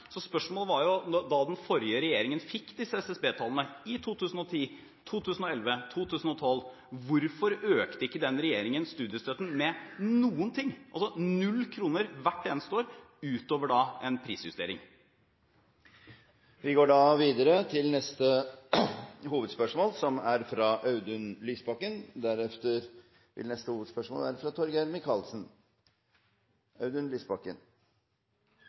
Spørsmålet er: Da den forrige regjeringen fikk disse SSB-tallene i 2010, 2011 og 2012, hvorfor økte ikke den regjeringen studiestøtten med noe – null kroner hvert eneste år – utover en prisjustering? Vi går videre til neste hovedspørsmål.